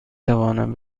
توانم